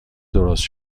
درست